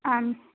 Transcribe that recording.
आम्